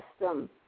system